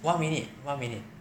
one minute one minute